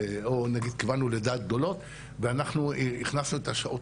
כיוונו לדעת גדולות ואנחנו הכנסנו את השעות